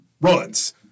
runs